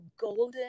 golden